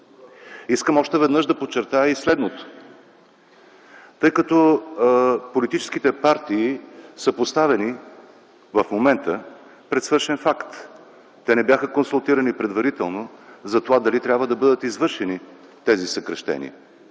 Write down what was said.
Искам още веднъж да подчертая и следното. В момента политическите партии са поставени пред свършен факт. Те не бяха консултирани предварително за това дали трябва да бъдат извършени тези съкращения.